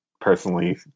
personally